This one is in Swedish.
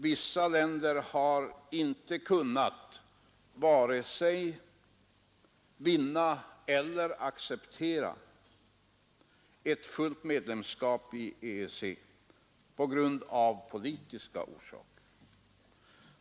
Vissa länder har av politiska orsaker inte kunnat vare sig vinna eller acceptera ett fullt medlemskap i EEC.